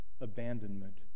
abandonment